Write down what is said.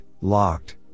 locked